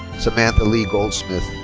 samantha leigh goldsmith.